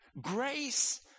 grace